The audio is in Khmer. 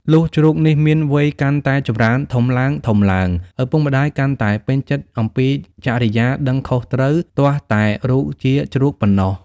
លុះជ្រូកនេះមានវ័យកាន់តែចម្រើនធំឡើងៗ ឪពុកម្ដាយកាន់តែពេញចិត្ដអំពីចរិយាដឹងខុសត្រូវ ទាស់តែរូបជា ជ្រូកប៉ុណ្ណោះ។